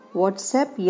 whatsapp